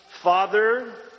Father